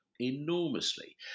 enormously